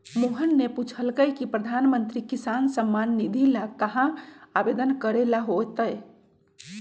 मोहन ने पूछल कई की प्रधानमंत्री किसान सम्मान निधि ला कहाँ आवेदन करे ला होतय?